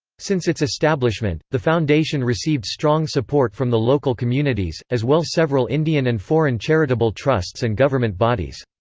since its establishment, the foundation received strong support from the local communities, as well several indian and foreign charitable trusts and government bodies.